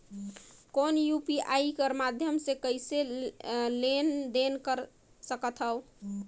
कौन यू.पी.आई कर माध्यम से कइसे लेन देन कर सकथव?